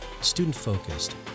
student-focused